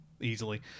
easily